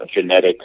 genetic